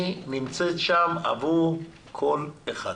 הוא נמצא שם עבור כל אחד.